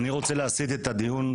אני רוצה להסיט את הדיון,